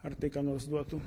ar tai ką nors duotų